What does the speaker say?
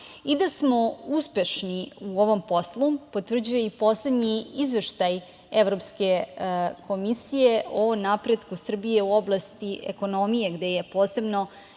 Da smo uspešni u ovom poslu potvrđuje i poslednji izveštaj Evropske komisije o napretku Srbije u oblasti ekonomije, gde je posebno